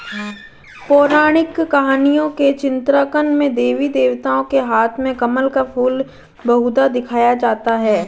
पौराणिक कहानियों के चित्रांकन में देवी देवताओं के हाथ में कमल का फूल बहुधा दिखाया जाता है